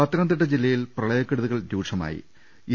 പത്തനംതിട്ട ജില്ലയിൽ പ്രളയക്കെടുതികൾ രൂക്ഷമാ യി